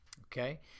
Okay